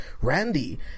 Randy